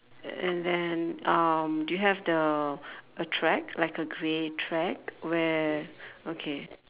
and then um do you have the a track like a grey track where okay